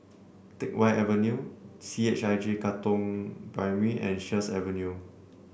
Teck Whye Avenue C H I J Katong Primary and Sheares Avenue